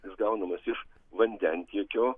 išgaunamas iš vandentiekio